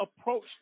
approach